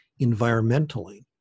environmentally